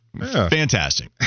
Fantastic